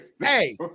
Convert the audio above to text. Hey